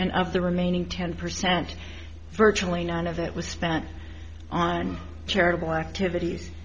and of the remaining ten percent virtually none of it was spent on charitable activities